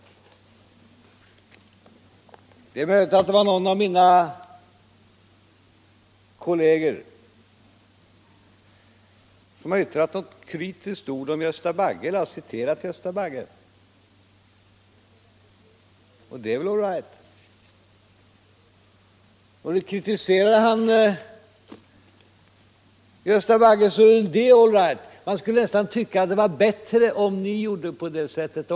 Det är möjligt att någon av mina kolleger har yttrat sig kritiskt om Gösta Bagge eller citerat honom, och det är väl inget fel med det. Det vore rent av bättre om också moderaterna gjorde på det sättet.